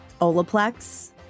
Olaplex